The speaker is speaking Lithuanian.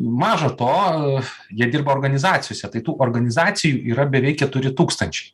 maža to jie dirba organizacijose tai tų organizacijų yra beveik keturi tūkstančiai